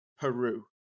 Peru